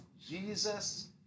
Jesus